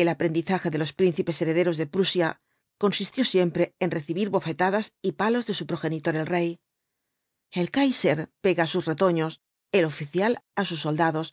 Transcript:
el aprendizaje de los príncipes herederos de v biiasco ibáñaz prnsia consistió siempre en recibir bofetadas y palos de su progenitor el rey el kaiser pega á sus retoños el oficial á sus soldados